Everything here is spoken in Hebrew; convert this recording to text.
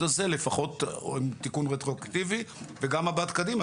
הזה לפחות בתיקון רטרואקטיבי וגם במבט קדימה,